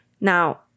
Now